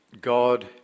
God